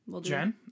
Jen